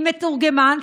עם מתורגמן,